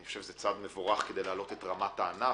אני חושב שזה צעד מבורך כדי להעלות את רמת הענף,